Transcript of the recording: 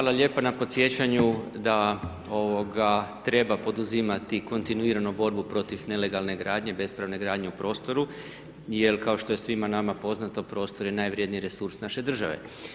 Hvala lijepo na podsjećanju da treba poduzimati kontinuirano borbu protiv nelegalne gradnje, bespravne gradnje u prostoru jel, kao što je svima nama poznato, prostor je najvrjedniji resurs naše države.